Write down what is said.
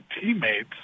teammates